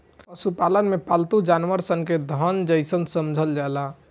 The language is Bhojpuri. पशुपालन में पालतू जानवर सन के धन के जइसन समझल जाला